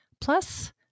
plus